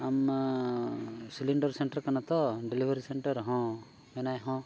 ᱟᱢᱻ cylinder centre ᱠᱟᱱᱟ ᱛᱚ delivery centre ᱦᱚᱸ ᱢᱮᱱᱟᱭ ᱦᱚᱸ